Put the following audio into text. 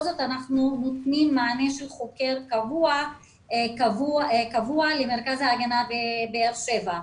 זאת אנחנו נותנים מענה של חוקר קבוע למרכז ההגנה בבאר שבע.